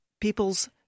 people's